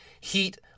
Heat